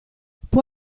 può